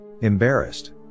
Embarrassed